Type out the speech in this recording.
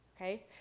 okay